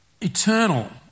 eternal